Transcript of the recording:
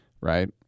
Right